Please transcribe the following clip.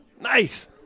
Nice